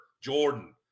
Jordan